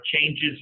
changes